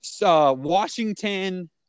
Washington